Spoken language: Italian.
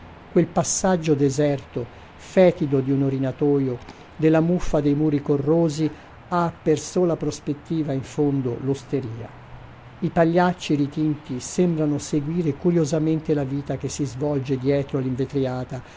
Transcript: quel passaggio deserto fetido di un orinatoio della muffa dei muri corrosi ha per sola prospettiva in fondo l'osteria i pagliacci ritinti sembrano seguire curiosamente la vita che si svolge dietro